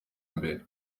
mbere